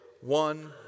one